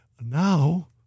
Now